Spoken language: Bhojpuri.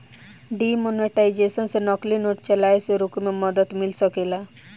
डिमॉनेटाइजेशन से नकली नोट चलाए से रोके में मदद मिल सकेला